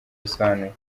bisobanuye